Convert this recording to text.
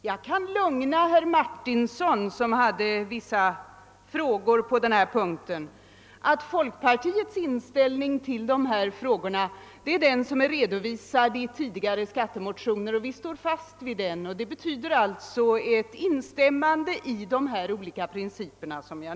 Jag kan lugna herr Martinsson, som ställde vissa frågor på denna punkt, med att säga att folkpartiets inställning till dessa frågor är den som redovisats i tidigare skattemotioner. Vi står fast vid den inställningen, och det betyder alltså ett instämmande i dessa olika principer.